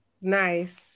Nice